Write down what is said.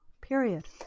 period